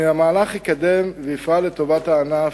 המהלך יקדם, יפעל לטובת הענף,